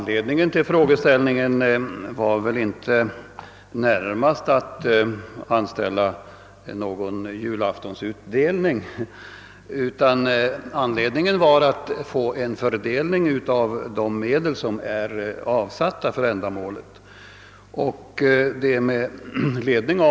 Herr talman! Frågeställningen var väl inte närmast föranledd av att jag vill få till stånd någon julklappsutdelning! Meningen var i stället att få en fördelning av de medel som är avsatta för ändamålet.